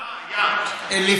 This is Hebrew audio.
אה, היה.